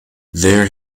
there